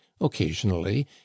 occasionally